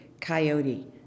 coyote